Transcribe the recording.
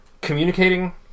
communicating